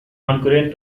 concurrent